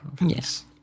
Yes